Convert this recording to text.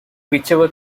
whichever